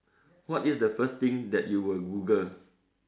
what is the first thing that you will Google